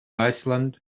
iceland